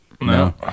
No